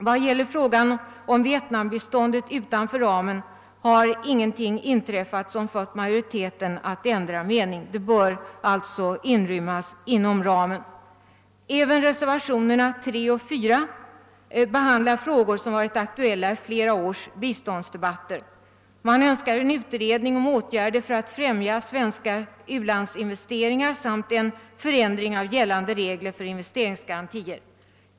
Vad gäller Vietnambiståndet utanför ramen har ingenting inträffat som fått majoriteten att ändra mening. Det bör alltså inrymmas inom ramen. Även reservationerna 3 och 4 behandlar frågor som varit aktuella i flera års biståndsdebatt. Man önskar en utredning om åtgärder för att främja svenska u-landsinvesteringar samt en förändring av gällande regler för investeringsgarantier.